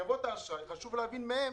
חברות האשראי, חשוב להבין מהן